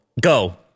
go